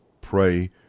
pray